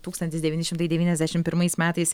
tūkstantis devyni šimtai devyniasdešim pirmais metais